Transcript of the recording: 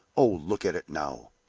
oh, look at it now!